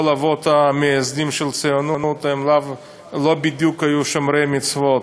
כל האבות המייסדים של הציונות לא היו בדיוק שומרי מצוות.